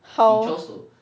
how